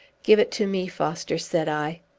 give it to me, foster, said i.